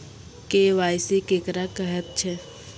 KYC केकरा कहैत छै?